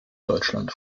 deutschland